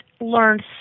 learned